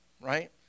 right